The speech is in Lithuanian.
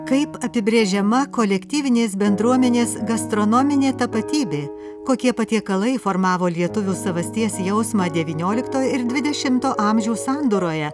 kaip apibrėžiama kolektyvinės bendruomenės gastronominė tapatybė kokie patiekalai formavo lietuvių savasties jausmą devyniolikto ir dvidešimto amžių sandūroje